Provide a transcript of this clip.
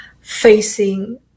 facing